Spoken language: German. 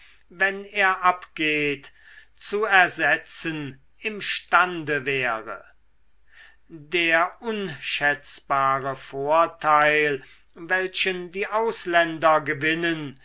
wenn er abgeht zu ersetzen imstande wäre der unschätzbare vorteil welchen die ausländer gewinnen